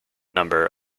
number